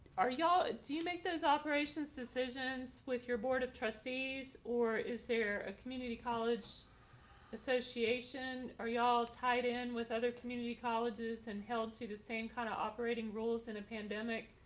are y'all do you make those operations decisions with your board of trustees? or is there a community college association? are y'all tied in with other community colleges and held to the same kind of operating roles in a pandemic?